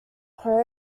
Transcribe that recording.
home